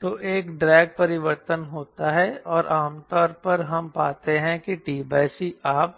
तो एक ड्रैग परिवर्तन होता है और आमतौर पर हम पाते हैं कि t c आप